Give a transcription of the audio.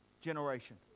generation